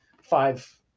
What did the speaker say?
five